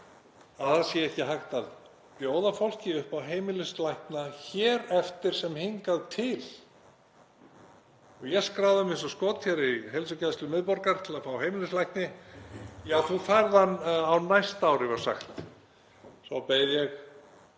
það sé ekki hægt að bjóða fólki upp á heimilislækna hér eftir sem hingað til. Ég skráði mig eins og skot hér í heilsugæslu miðborgar til að fá heimilislækni. Já, þú færð hann á næsta ári, var sagt. Svo beið ég.